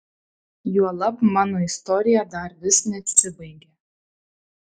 juolab mano istorija dar vis nesibaigė